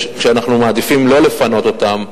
אנחנו מעדיפים שלא לפנות אותם,